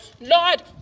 Lord